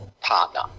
partner